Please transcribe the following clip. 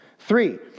Three